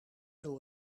door